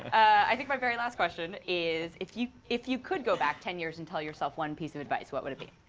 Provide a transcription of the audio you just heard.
i think my very last question is, if you if you go back ten years and tell yourself one piece of advice, what would it be?